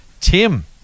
Tim